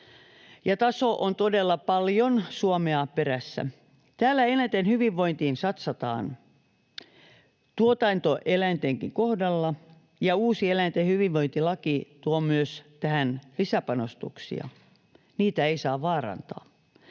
taso on todella paljon Suomea perässä. Täällä eläinten hyvinvointiin satsataan tuotantoeläintenkin kohdalla, ja uusi eläinten hyvinvointilaki tuo myös tähän lisäpanostuksia. Niitä ei saa vaarantaa.